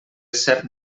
cert